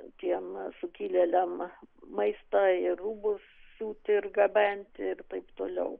tiem sukilėliam maistą ir rūbus siūti ir gabenti ir taip toliau